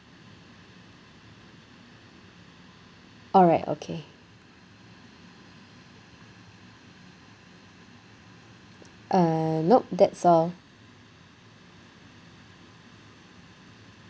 alright okay uh nope that's all